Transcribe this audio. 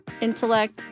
intellect